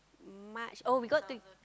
March oh we go out to~